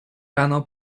rano